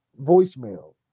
voicemail